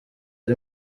ari